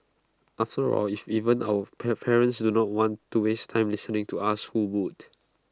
after all if even our parents do not want to waste time listening to us who would